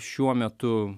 šiuo metu